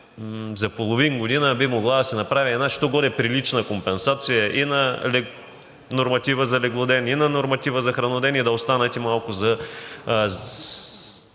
за половин година би могла да се направи що-годе прилична компенсация и на норматива за леглоден, и на норматива за храноден и да останат малко и